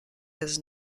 his